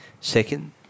Second